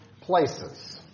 places